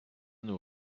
nous